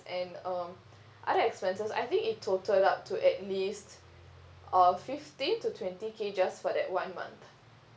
and um other expenses I think it total up to at least uh fifteen to twenty K just for that one month